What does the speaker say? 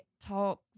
talk